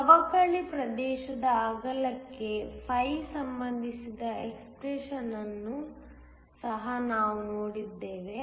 ಸವಕಳಿ ಪ್ರದೇಶದ ಅಗಲಕ್ಕೆ φ ಸಂಬಂಧಿಸಿದ ಎಕ್ಸ್ಪ್ರೆಶನ್ ಯನ್ನು ಸಹ ನಾವು ನೋಡಿದ್ದೇವೆ